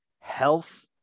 Health